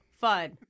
fun